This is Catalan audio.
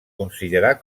considerar